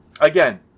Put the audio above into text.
Again